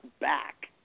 back